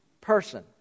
person